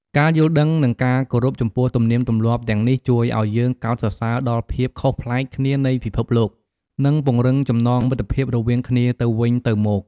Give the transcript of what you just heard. ការយល់ដឹង និងការគោរពចំពោះទំនៀមទម្លាប់ទាំងនេះជួយឱ្យយើងកោតសរសើរដល់ភាពខុសប្លែកគ្នានៃពិភពលោក និងពង្រឹងចំណងមិត្តភាពរវាងគ្នាទៅវិញទៅមក។